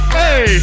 hey